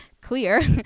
clear